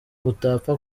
utapfa